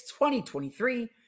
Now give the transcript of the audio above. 2023